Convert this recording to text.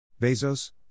Bezos